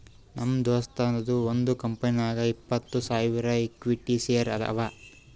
ನಮ್ ದೋಸ್ತದು ಒಂದ್ ಕಂಪನಿನಾಗ್ ಇಪ್ಪತ್ತ್ ಸಾವಿರ ಇಕ್ವಿಟಿ ಶೇರ್ ಅವಾ